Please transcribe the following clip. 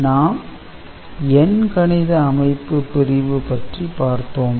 நாம் எண் கணித அமைப்பு பிரிவு பற்றி பார்த்தோம்